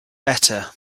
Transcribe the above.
better